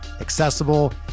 accessible